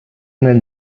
nel